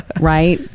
right